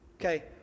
Okay